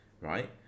Right